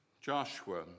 Joshua